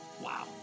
wow